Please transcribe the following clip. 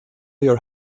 your